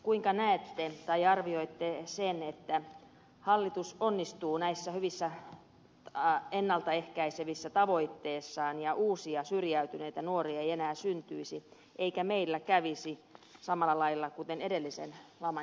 kuinka näette tai arvioitte sen että hallitus onnistuu näissä hyvissä ennalta ehkäisevissä tavoitteissaan ja uusia syrjäytyneitä nuoria ei enää syntyisi eikä meille kävisi samalla lailla kuten edellisen laman jälkeen kävi